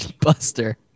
Buster